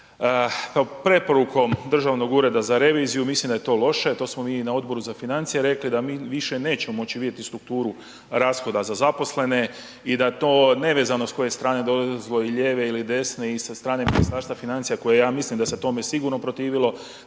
preporukom Državnog ureda za reviziju. Mislim daje to loše, to smo mi i na Odboru za financije rekli, da mi više nećemo moći vidjeti strukturu rashoda za zaposlene i da to nevezano s koje strane dolazilo, lijeve ili desne i sa strane Ministarstva financija koje, ja mislim da se tome sigurno protivilo,